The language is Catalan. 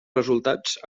resultats